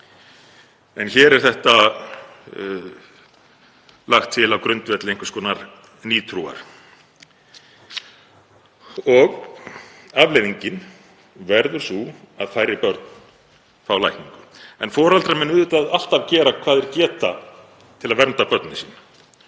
En hér er þetta lagt til á grundvelli einhvers konar nýtrúar og afleiðingin verður sú að færri börn fá lækningu. En foreldrar munu auðvitað alltaf gera hvað þeir geta til að vernda börnin sín